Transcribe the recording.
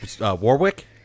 Warwick